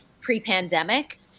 pre-pandemic